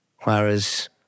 Whereas